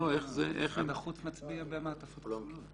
משרד החוץ מצביע במעטפות כפולות.